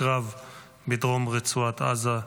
בקרב בדרום רצועת עזה.